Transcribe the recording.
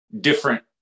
different